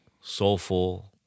soulful